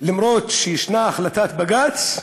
למרות שישנה החלטת בג"ץ,